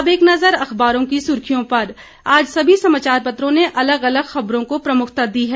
अब एक नजर अखबारों की सुर्खियों पर आज सभी समाचार पत्रों ने अलग अलग खबरों को प्रमुखता दी है